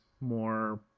more